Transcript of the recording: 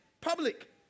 public